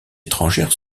étrangère